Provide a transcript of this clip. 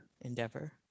endeavor